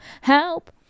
help